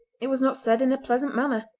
it was not said in a pleasant manner.